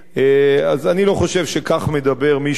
אז אני לא חושב שכך מדבר מישהו שרוצה,